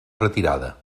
retirada